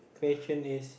question is